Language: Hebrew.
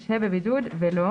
ישהה בבידוד ולא"